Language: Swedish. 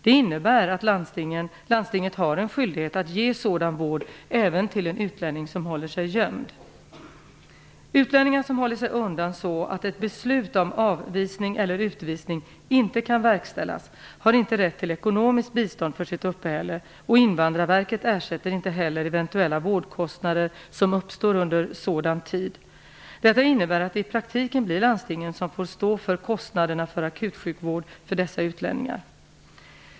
Det innebär att landstinget har en skyldighet att ge sådan vård även till en utlänning som håller sig gömd. Utlänningar som håller sig undan så att ett beslut om avvisning eller utvisning inte kan verkställas har inte rätt till ekonomiskt bistånd för sitt uppehälle, och Invandrarverket ersätter inte heller eventuella vårdkostnader som uppstår under sådan tid. Detta innebär att det i praktiken blir landstingen som får stå för kostnaderna för akutsjukvård för dessa utlänningar.